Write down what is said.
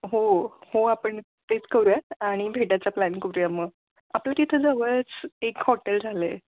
हो हो आपण तेच करूयात आणि भेटायचा प्लॅन करूया मग आपलं तिथं जवळच एक हॉटेल झालं आहे